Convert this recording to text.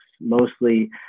mostly